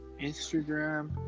Instagram